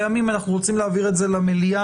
ימים אנחנו רוצים להעביר את זה למליאה,